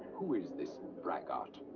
who is this braggart?